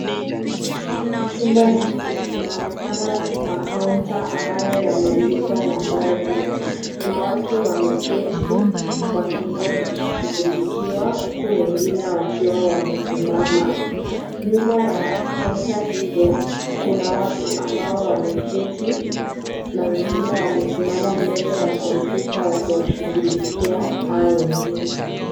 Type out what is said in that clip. Kwenye chumba hiki kunaonekana makaunta ambayo yameandikwa nambari na watu wameketi wakingoja kushughulikiwa huku wengine wakiwa wamesimama. Nyuma ya kaunta hizo kuna watu ambao wameketi na wengine wamesimama mbele ya kompyuta wakiwashughulikia hao wengine.